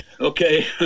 Okay